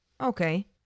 Okay